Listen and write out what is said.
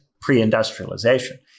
pre-industrialization